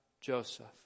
Joseph